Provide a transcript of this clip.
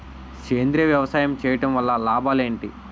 సేంద్రీయ వ్యవసాయం చేయటం వల్ల లాభాలు ఏంటి?